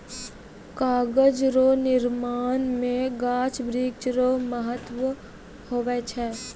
कागज रो निर्माण मे गाछ वृक्ष रो महत्ब हुवै छै